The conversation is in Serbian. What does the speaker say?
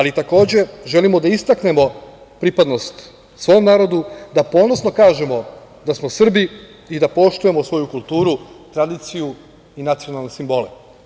Takođe, želimo da istaknemo pripadnost svom narodu, da ponosno kažemo da smo Srbi i da poštujemo svoju kulturu, tradiciju i nacionalne simbole.